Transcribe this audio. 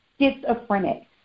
schizophrenic